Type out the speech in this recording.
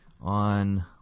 on